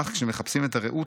אך כשמחפשים את הרעות,